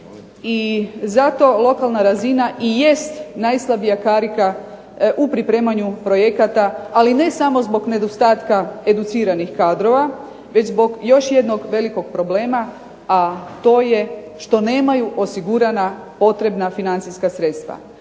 I zato lokalna razina i jest najslabija karika u pripremanju projekata, ali ne samo zbog nedostatka educiranih kadrova već zbog još jednog velikog problema, a to je što nemaju osigurana potrebna financijska sredstva.